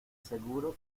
seguro